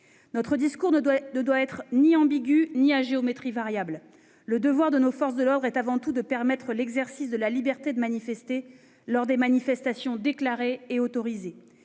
Il ne saurait être à géométrie variable. Le devoir de nos forces de l'ordre est avant tout de permettre l'exercice de la liberté de s'exprimer lors de manifestations déclarées et autorisées.